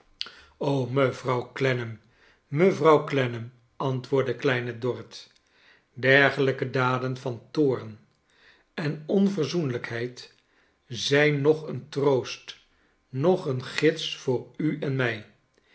mevrouw clennam mevrouw clennam antwoordde kleine dorrit dergelijke daden van toorn en onverzoenlijkheid zijn noch een troost noch een gids voor u en mij